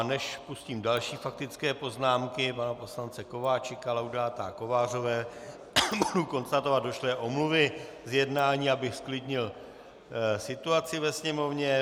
A než pustím další faktické poznámky pana poslance Kováčika, Laudáta a Kovářové, budu konstatovat došlé omluvy z jednání, abych zklidnil situaci ve sněmovně.